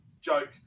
joke